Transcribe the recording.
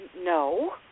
no